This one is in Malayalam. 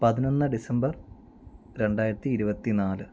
പതിനൊന്ന് ഡിസംബർ രണ്ടായിരത്തി ഇരുപത്തിനാല്